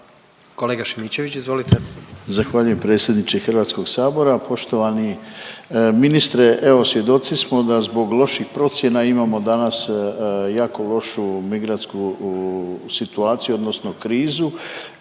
**Šimičević, Rade (HDZ)** Zahvaljujem predsjedniče HS. Poštovani ministre, evo svjedoci smo da zbog loših procjena imamo danas jako lošu migrantsku situaciju odnosno krizu.